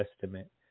testament